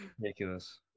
ridiculous